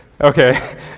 Okay